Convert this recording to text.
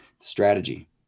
strategy